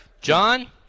John